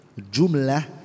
Jumlah